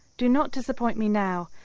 do not disappoint me now.